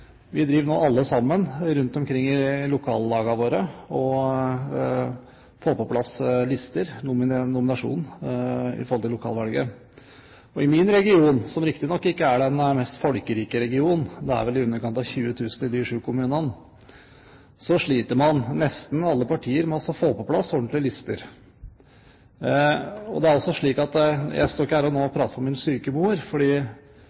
Vi driver nå alle sammen rundt omkring i lokallagene våre og får på plass nominasjonslister til lokalvalget. I min region, som riktignok ikke er den mest folkerike regionen, det er vel i underkant av 20 000 i de sju kommunene, sliter man – nesten alle partier – med å få på plass ordentlige lister. Jeg står ikke nå og